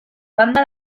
banda